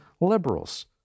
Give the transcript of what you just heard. liberals